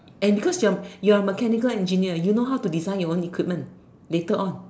and cause you're you're a mechanical engineer you know how to design your own equipment later on